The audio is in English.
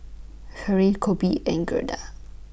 Fairy Coby and Gerda